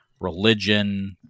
religion